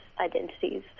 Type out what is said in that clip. identities